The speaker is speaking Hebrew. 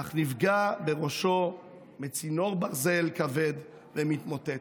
אך נפגע בראש מצינור ברזל כבד ומתמוטט".